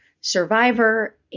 survivor